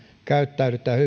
käyttäydytään